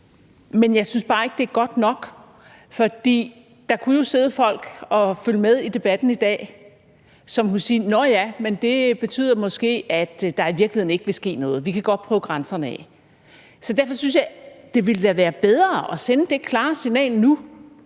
Men jeg synes bare ikke, det er godt nok, for der kunne jo sidde folk og følge med i debatten i dag, som kunne sige: Nå ja, det betyder måske, at der i virkeligheden ikke vil ske noget; vi kan godt prøve grænserne af. Derfor synes jeg da, det ville være bedre at sende det klare signal nu,